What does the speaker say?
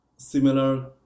similar